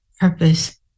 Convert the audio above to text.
Purpose